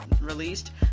released